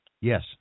Yes